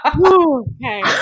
Okay